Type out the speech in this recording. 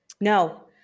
No